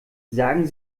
sagen